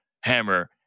hammer